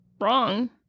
wrong